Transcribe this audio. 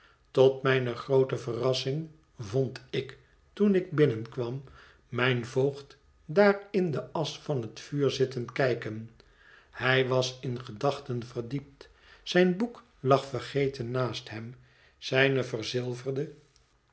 tot mijne groote verrassing vond ik toen ik binnenkwam mijn voogd daar in de asch van het vuur zitten kijken hij was in gedachten verdiept zijn boek lag vergeten naast hem zijne verzilverde